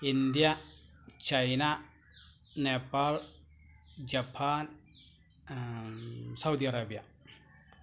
India China Nepal Japan Saudi Arabia